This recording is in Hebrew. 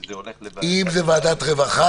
שזה הולך --- אם זו ועדת הרווחה,